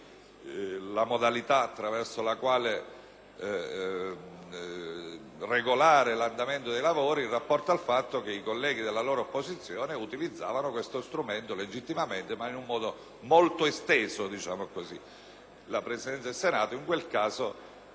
modalità attraverso cui regolare l'andamento dei lavori, in rapporto al fatto che i colleghi dell'allora opposizione utilizzavano questo strumento legittimamente, ma in modo molto esteso. La Presidenza del Senato in quel caso